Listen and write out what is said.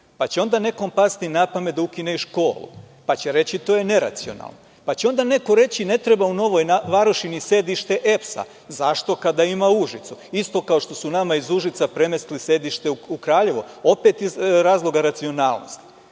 Onda će nekom pasti na pamet da ukine i školu, pa će reći to je neracionalno, pa će onda neko reći – ne treba u Novoj Varoši ni sedište EPS. Zašto, kada ima u Užicu. Isto kao što su nama iz Užica premestili sedište u Kraljevo. Opet iz razloga racionalnosti. Tu